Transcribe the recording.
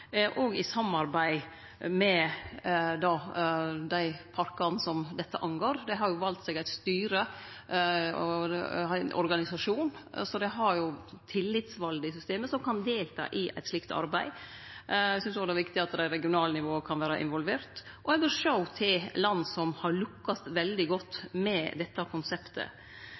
i samarbeid med dei parkane som dette gjeld. Dei har valt seg eit styre og har ein organisasjon, så dei har jo tillitsvalde i systemet som kan delta i eit slikt arbeid. Eg synest òg det er viktig at det regionale nivået kan vere involvert, og ein bør sjå til land som har lukkast veldig godt med dette konseptet.